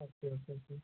okay okay thank you